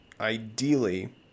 ideally